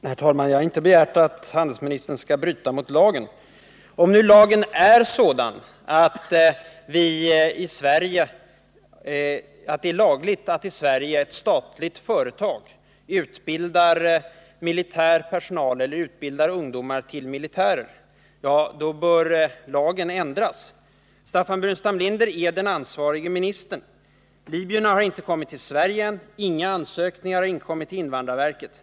Herr talman! Jag har inte begärt att handelsministern skall bryta mot lagen. Om nu lagen är sådan att det är lagligt i Sverige att ett statligt företag utbildar militär personal eller utbildar ungdomar till militärer, så bör lagen ändras. Staffan Burenstam Linder är den ansvarige ministern. Libyerna har inte kommit till Sverige ännu, och inga ansökningar har inkommit till invandrarverket.